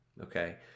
okay